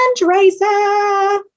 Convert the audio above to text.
fundraiser